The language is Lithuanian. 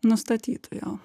nustatytų jo